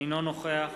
אינו נוכח